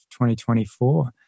2024